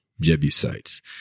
Jebusites